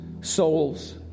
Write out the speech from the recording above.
souls